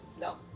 No